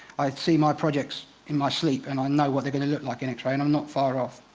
i see my projects in my sleep. and i know what they're going to look like in x-ray and i'm not far off.